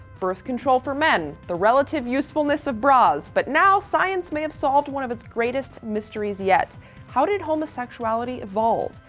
birth control for men, the relative usefulness of bras but now, science may have solved one of its greatest mysteries yet how did homosexuality evolve?